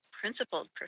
principled